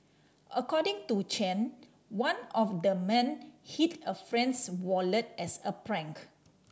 according to Chen one of the men hid a friend's wallet as a prank